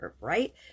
right